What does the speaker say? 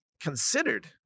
considered